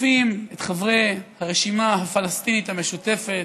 ותוקפים את חברי הרשימה הפלסטינית המשותפת,